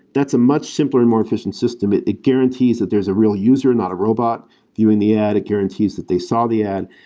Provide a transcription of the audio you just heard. that's a much simpler and more efficient system. it it guarantees that there's a real user, not a robot viewing the ad. it guarantees that they saw the ad.